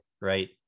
right